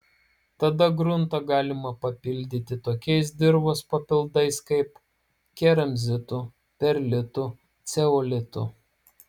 tada gruntą galima papildyti tokiais dirvos papildais kaip keramzitu perlitu ceolitu